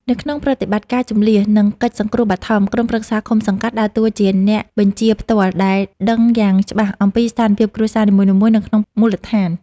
នៅក្នុងប្រតិបត្តិការជម្លៀស និងកិច្ចសង្គ្រោះបឋម ក្រុមប្រឹក្សាឃុំ-សង្កាត់ដើរតួជាអ្នកបញ្ជាផ្ទាល់ ដែលដឹងយ៉ាងច្បាស់អំពីស្ថានភាពគ្រួសារនីមួយៗនៅក្នុងមូលដ្ឋាន។